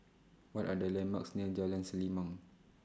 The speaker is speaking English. What Are The landmarks near Jalan Selimang